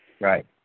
Right